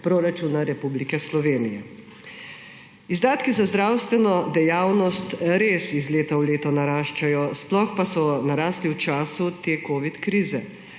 proračuna Republike Slovenije. Izdatki za zdravstveno dejavnost res iz leta v leto naraščajo, sploh pa so narasli v času te covid krize.